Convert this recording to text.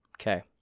Okay